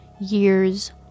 years